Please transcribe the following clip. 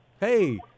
Hey